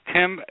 Tim